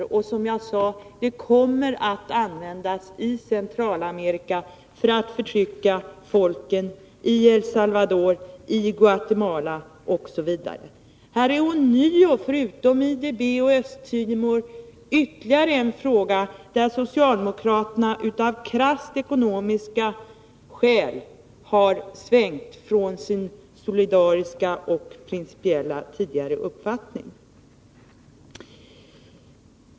Det kommer, som jag sade, att användas i Centralamerika för att förtrycka folken i El Salvador, Guatemala osv. Utöver IDB och Östtimor är detta ytterligare en fråga där socialdemokraterna av krasst ekonomiska skäl har svängt från sin tidigare solidariska och principiella uppfattning.